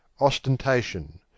ostentation